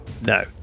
no